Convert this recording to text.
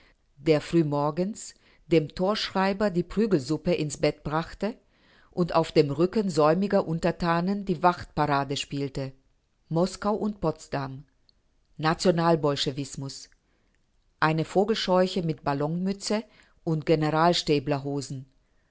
der frühmorgens dem torschreiber die prügelsuppe ins brett brachte und auf dem rücken säumiger untertanen die wachtparade spielte moskau und potsdam nationalbolschewismus eine vogelscheuche mit ballonmütze und